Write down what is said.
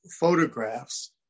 photographs